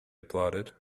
applauded